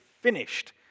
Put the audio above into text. finished